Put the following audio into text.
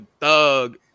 Thug